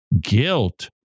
guilt